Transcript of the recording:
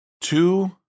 two